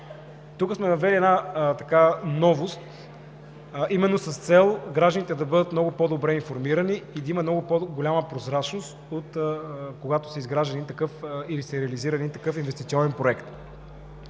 Тук сме въвели една новост, именно с цел гражданите да бъдат много по-добре информирани, да има много по-голяма прозрачност, когато се изгражда и реализира един такъв инвестиционен проект.